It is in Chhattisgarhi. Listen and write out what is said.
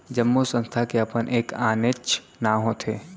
जम्मो संस्था के अपन एक आनेच्च नांव होथे